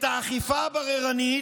את האכיפה הבררנית,